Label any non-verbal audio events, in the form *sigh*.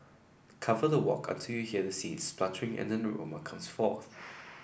cover the wok until you hear the seeds *unintelligible* and an aroma comes forth *noise*